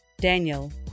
Daniel